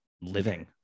living